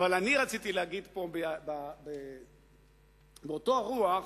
רציתי להגיד באותה רוח,